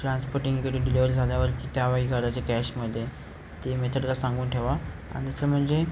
transporting इकडे delivery झाल्यावर की त्यावेळी करायचे कॅशमध्ये ते मेथडला सांगून ठेवा आणि दुसरं म्हणजे